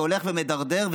שהולך ומידרדר,